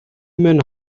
men